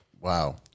Wow